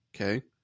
okay